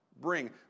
bring